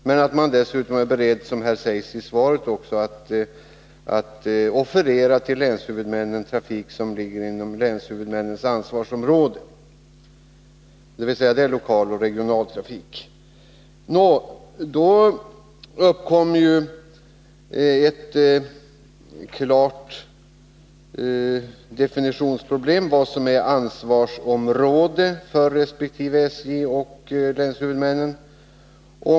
Men man är dessutom beredd, som sägs i svaret, att till länshuvudmännen offerera sådan trafik som ligger inom länshuvudmännens ansvarsområden, dvs. lokal och regional trafik. Då uppkommer ett klart definitionsproblem: Vad är ansvarsområde för SJ resp. länshuvudmännen?